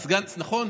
נכון.